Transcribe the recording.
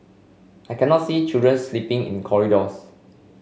I cannot see children sleeping in corridors